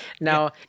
Now